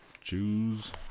choose